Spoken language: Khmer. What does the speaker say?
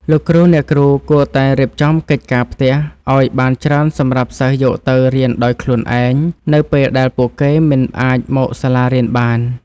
លោកគ្រូអ្នកគ្រូគួរតែរៀបចំកិច្ចការផ្ទះឱ្យបានច្រើនសម្រាប់សិស្សយកទៅរៀនដោយខ្លួនឯង នៅពេលដែលពួកគេមិនអាចមកសាលារៀនបាន។